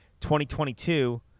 2022